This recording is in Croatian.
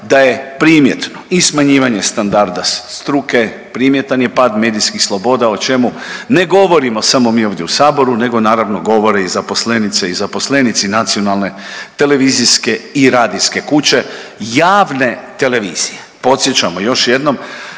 da je primjetno i smanjivanje standarda struke, primjetan je pad medijskih sloboda o čemu ne govorimo samo mi ovdje u Saboru nego naravno govore i zaposlenice i zaposlenici nacionalne televizijske i radijske kuće javne televizije. Podsjećamo još jednom,